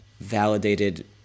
validated